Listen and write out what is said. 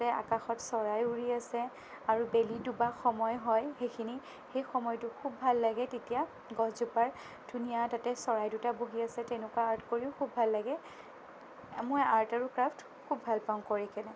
তাতে আকাশত চৰাই উৰি আছে আৰু বেলি ডুবা সময় হয় সেইখিনি সেই সময়টো খুব ভাল লাগে তেতিয়া গছজোপাৰ ধুনীয়া তাতে চৰাই দুটা বহি আছে তেনেকুৱা আৰ্ট কৰিও খুব ভাল লাগে মই আৰ্ট আৰু ক্ৰাফ্ট খুব ভালপাওঁ কৰিকিনে